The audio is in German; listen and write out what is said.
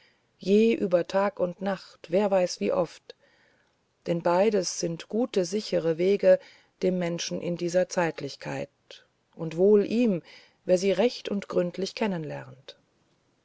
je über tag und nacht wer weiß wie oft denn beides sind gute sichere wege dem menschen in dieser zeitlichkeit und wohl ihm wer sie recht und gründlich